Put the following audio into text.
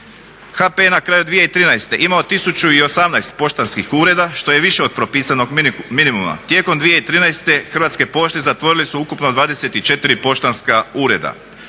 je na kraju 2013. imao 1018 poštanskih ureda što je više od propisanog minimuma. Tijekom 2013. Hrvatske pošte zatvorile su ukupno 24 poštanska ureda.